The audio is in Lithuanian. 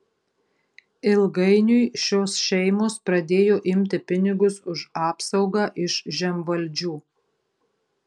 ilgainiui šios šeimos pradėjo imti pinigus už apsaugą iš žemvaldžių